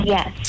Yes